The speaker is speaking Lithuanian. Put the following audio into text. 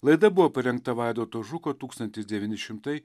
laida buvo parengta vaidoto žuko tūkstantis devyni šimtai